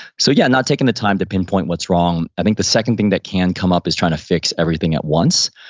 so yeah not taking the time to pinpoint what's wrong. i think the second thing that can come up is trying to fix everything at once.